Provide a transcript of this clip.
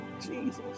jesus